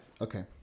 Okay